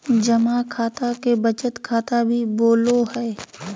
जमा खाता के बचत खाता भी बोलो हइ